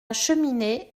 cheminée